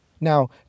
Now